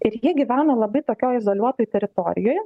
ir jie gyveno labai tokioj izoliuotoj teritorijoj